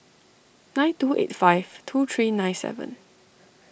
nine two eight five two three nine seven